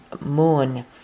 moon